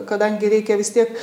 kadangi reikia vis tie